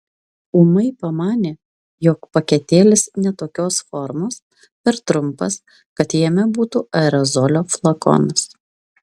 ūmai pamanė jog paketėlis ne tokios formos per trumpas kad jame būtų aerozolio flakonas